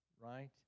Right